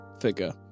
figure